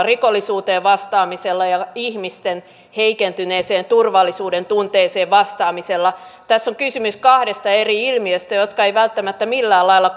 rikollisuuteen vastaamisella ja ihmisten heikentyneeseen turvallisuudentunteeseen vastaamisella tässä on kysymys kahdesta eri ilmiöstä jotka eivät välttämättä millään lailla